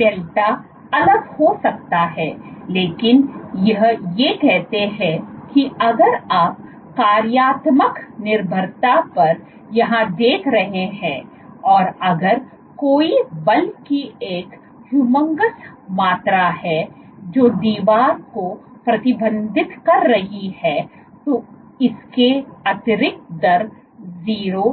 तो डेल्टा अलग हो सकता है लेकिन यह ये कहते हैं की अगर आप कार्यात्मक निर्भरता पर यहाँ देख रहे हैं और अगर कोई बल की एक ह्यूंगस मात्रा है जो दीवार को प्रतिबंधित कर रही है तो इसके इसके अतिरिक्त दर 0